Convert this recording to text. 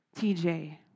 TJ